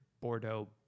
Bordeaux